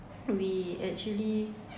we actually